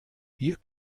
hier